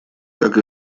как